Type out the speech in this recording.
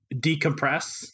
decompress